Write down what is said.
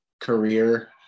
career